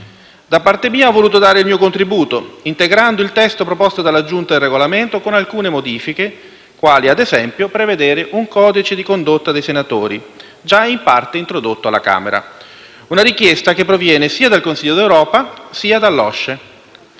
Da parte mia, ho voluto dare il mio contributo, integrando il testo proposto dalla Giunta per il Regolamento con alcune modifiche, quali ad esempio la previsione di un codice di condotta dei senatori, già in parte introdotto alla Camera dei deputati. Tale richiesta proviene sia dal Consiglio d'Europa, che dall'OSCE.